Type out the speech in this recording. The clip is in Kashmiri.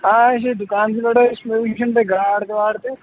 آ أسۍ ہَے دُکانسٕے پٮ۪ٹھ ٲسۍ وُنہِ وُچھوٕ تۅہہِ گاڈ وَاڈ تہِ